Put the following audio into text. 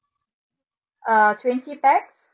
uh twenty pax